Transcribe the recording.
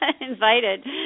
invited